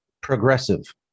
Progressive